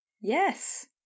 Yes